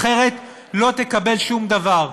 אחרת לא תקבל שום דבר.